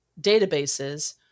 databases